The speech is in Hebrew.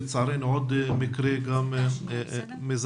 לצערנו עוד מקרה מזעזע.